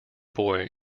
boy